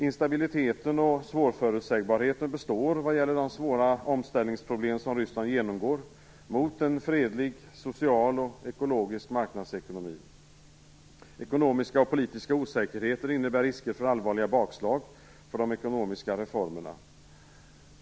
Instabiliteten och svårförutsägbarheten består vad gäller de svåra omställningsproblem som Ryssland genomgår mot en fredlig social och ekologisk marknadsekonomi. Ekonomiska och politiska osäkerheter innebär risker för allvarliga bakslag för de ekonomiska reformerna.